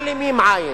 מעלימים עין,